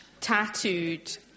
tattooed